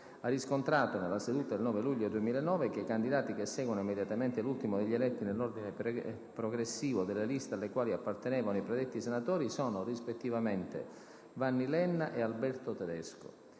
ha riscontrato, nella seduta del 9 luglio 2009, che il candidato che segue immediatamente l'ultimo degli eletti nell'ordine progressivo della lista alla quale apparteneva il predetto senatore è Alberto Tedesco.